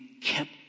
kept